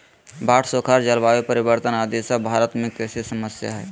बाढ़, सुखाड़, जलवायु परिवर्तन आदि सब भारत में कृषि समस्या हय